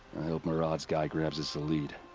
i hope marad's guy grabs us a lead.